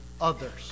others